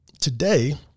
Today